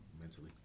mentally